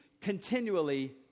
continually